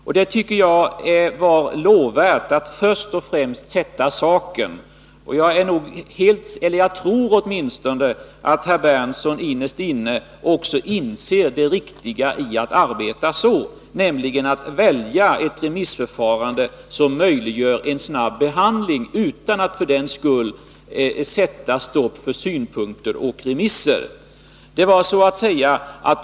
Jag tycker det var lovvärt att först och främst se till saken, och jag tror åtminstone att herr Berndtson innerst inne också inser det riktiga i att arbeta så, nämligen att välja ett remissförfarande som möjliggör en snabb behandling utan att för den skull sätta stopp för synpunkter och remisser.